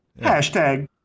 Hashtag